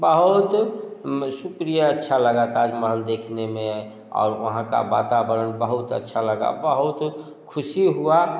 बहुत में शुक्रिया अच्छा लगा था ताजमहल देखने में और वहाँ का वातावरण बहुत अच्छा लगा बहुत ख़ुशी हुआ